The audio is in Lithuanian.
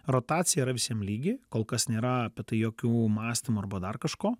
rotacija yra visiem lygi kol kas nėra apie tai jokių mąstymų arba dar kažko